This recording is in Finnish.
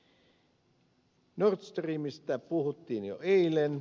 nord streamista puhuttiin jo eilen